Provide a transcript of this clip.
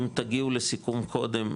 אם תגיעו לסיכום קודם,